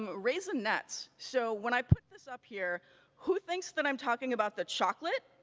raisinets, so when i put this up here who thinks that i'm talking about the chocolate?